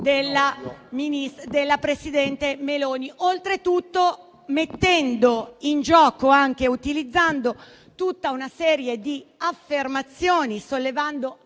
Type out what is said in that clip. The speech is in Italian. della Presidente Meloni stessa, oltretutto mettendo in gioco e anche utilizzando tutta una serie di affermazioni, nonché sollevando